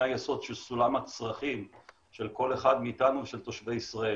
היסוד של סולם הצרכים של כל אחד מאיתנו תושבי ישראל.